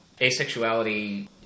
asexuality